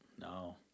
No